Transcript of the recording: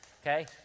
okay